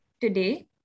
Today